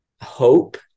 hope